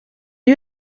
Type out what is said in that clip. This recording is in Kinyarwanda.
iyo